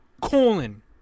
colon